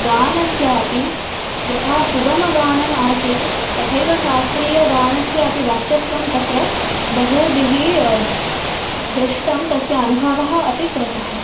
गानस्यापि यथा सुगमगानम् आसीत् तथैव शास्त्रीय गानस्य अपि वर्चस्वं तत्र बहुभिः दृष्टं तस्य अनुभवः अपि कृतः